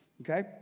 Okay